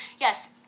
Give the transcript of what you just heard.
Yes